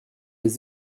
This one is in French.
les